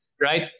right